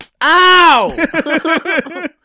Ow